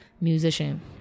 musician